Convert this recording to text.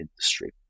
industry